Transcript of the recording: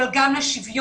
אבל גם לשוויון.